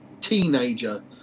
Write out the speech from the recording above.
teenager